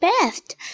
best